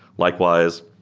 likewise,